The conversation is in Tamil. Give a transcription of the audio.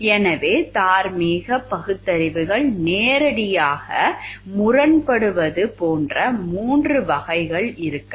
எனவே தார்மீக பகுத்தறிவுகள் நேரடியாக முரண்படுவது போன்ற 3 வகைகள் இருக்கலாம்